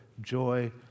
joy